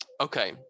Okay